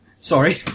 sorry